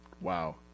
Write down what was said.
wow